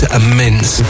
immense